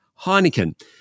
Heineken